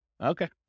Okay